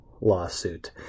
lawsuit